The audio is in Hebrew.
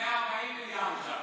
140 מיליארד ש"ח.